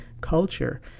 culture